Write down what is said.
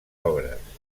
obres